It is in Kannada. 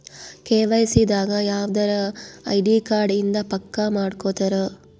ಕೆ.ವೈ.ಸಿ ದಾಗ ಯವ್ದರ ಐಡಿ ಕಾರ್ಡ್ ಇಂದ ಪಕ್ಕ ಮಾಡ್ಕೊತರ